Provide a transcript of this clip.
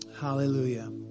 Hallelujah